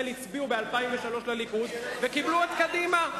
הצביעו ב-2003 לליכוד וקיבלו את קדימה.